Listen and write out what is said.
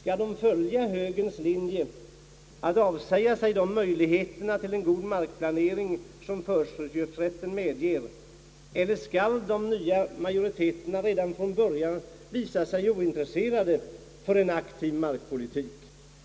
Skall de följa högerns linje att avsäga sig de möjligheter till en god markplanering som förköpsrätten medger eller skall de nya majoriteterna redan från början visa sig ointresserade för en aktiv markpolitik?